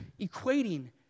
equating